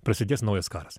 prasidės naujas karas